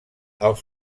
els